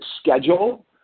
schedule